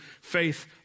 faith